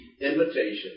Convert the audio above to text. invitation